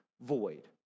void